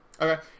Okay